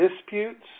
disputes